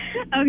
Okay